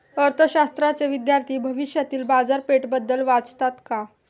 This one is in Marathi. अर्थशास्त्राचे विद्यार्थी भविष्यातील बाजारपेठेबद्दल वाचतात का?